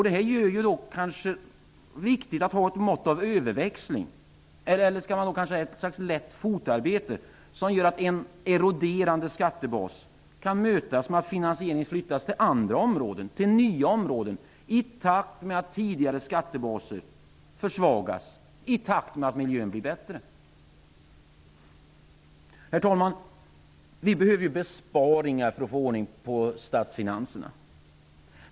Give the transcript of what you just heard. Det gör det viktigt att ha ett mått av överväxling, eller skall man säga ett slags lätt fotarbete, som gör att en eroderande skattebas kan mötas med att finansieringen flyttas till andra och nya områden i takt med att tidigare skattebaser försvagas och i takt med att miljön blir bättre. Vi behöver besparingar för att få ordning på statsfinanserna.